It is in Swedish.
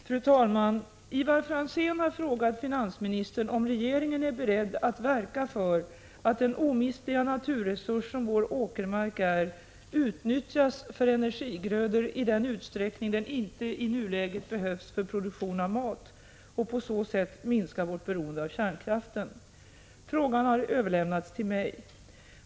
Fru talman! Ivar Franzén har frågat finansministern om regeringen är beredd att verka för att den omistliga naturresurs som vår åkermark är utnyttjas för energigrödor i den utsträckning den inte i nuläget behövs för produktion av mat och på så sätt minska vårt beroende av kärnkraften. Frågan har överlämnats till mig.